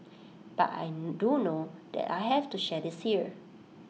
but I do know that I have to share this here